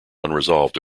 unresolved